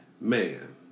Man